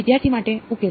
વિદ્યાર્થી માટે ઉકેલ